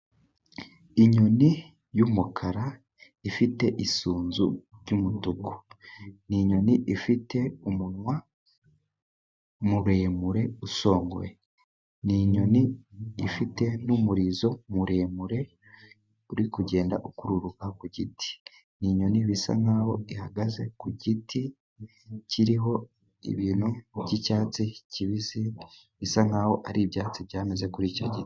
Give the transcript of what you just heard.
Inyoni y'umukara ifite isunzu ry'umutuku, ni inyoni ifite umunwa muremure usongoye ni inyoni ifite n'umurizo muremure uri kugenda ukururuka ku giti, ni inyoni bisa nk'aho ihagaze ku giti kiriho ibintu by'icyatsi kibisi bisa nk'aho ari ibyatsi byameze kuri icyo giti.